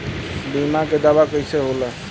बीमा के दावा कईसे होला?